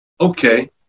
Okay